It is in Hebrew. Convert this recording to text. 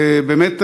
ובאמת,